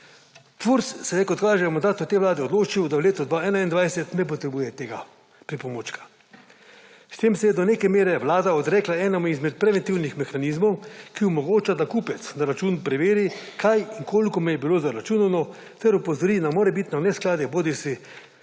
FRUS se je, kot kaže, v mandatu te vlade odločil, da v letu 2021 ne potrebuje tega pripomočka. S tem se je do neke mere vlada odrekla enemu izmed preventivnih mehanizmov, ki omogoča, da kupec na račun preveri, kaj in koliko mu je bilo zaračunano, ter opozori na morebitno neskladne bodisi